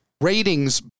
ratings